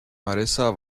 marissa